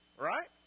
Right